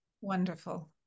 Wonderful